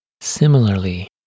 Similarly